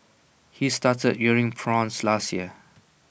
he started rearing prawns last year